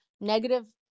negative